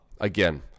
again